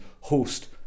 host